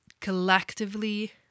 collectively